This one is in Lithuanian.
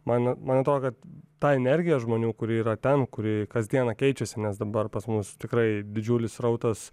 man man atrodo kad ta energija žmonių kuri yra ten kuri kasdieną keičiasi nes dabar pas mus tikrai didžiulis srautas